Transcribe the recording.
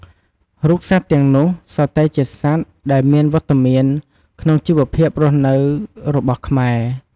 រូបសត្វទាំងនោះសុទ្ធតែជាសត្វដែលមានវត្តមានក្នុងជីវភាពរស់នៅរបស់ខ្មែរ។